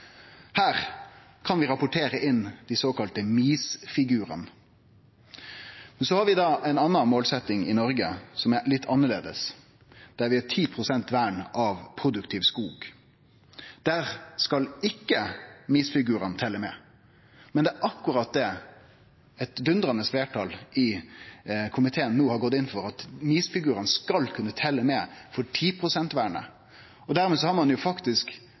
Her kan vi rapportere inn dei såkalla MiS-figurane. Men så har vi ei anna målsetjing i Noreg, som er litt annleis, om 10 pst. vern av produktiv skog. Der skal ikkje MiS-figurane telje med. Men det eit dundrande fleirtal i komiteen no har gått inn for, er akkurat at MiS-figurane skal kunne telje med for 10 pst.-vernet. Dermed har ein